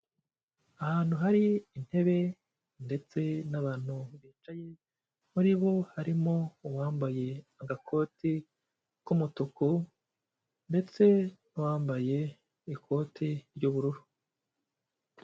Ahantu hari intebe ndetse n'abantu bicaye, muri bo harimo uwambaye agakoti k'umutuku ndetse n'umbaye ikoti ry'ubururu.